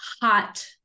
hot